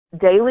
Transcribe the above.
daily